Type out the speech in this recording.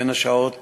בין השעות